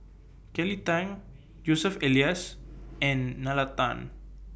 Kelly Tang Joseph Elias and Nalla Tan